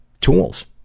tools